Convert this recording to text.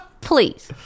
Please